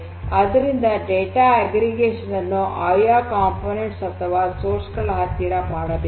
ಆದ್ದರಿಂದ data aggregation ನನ್ನು ಆಯಾ ಘಟಕಗಳ ಅಥವಾ ಸೋರ್ಸ್ ಗಳ ಹತ್ತಿರ ಮಾಡಬೇಕು